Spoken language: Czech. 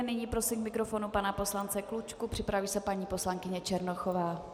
Nyní prosím k mikrofonu pana poslance Klučku, připraví se paní poslankyně Černochová.